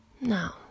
Now